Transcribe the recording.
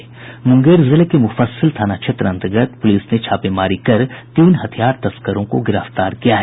मुंगेर जिने के मुफस्सिल थाना अंतर्गत पुलिस ने छापेमारी कर तीन हथियार तस्करों को गिरफ्तार किया है